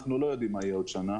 אנחנו לא יודעים מה יהיה עוד שנה.